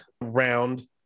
round